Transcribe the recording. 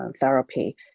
therapy